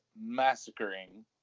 massacring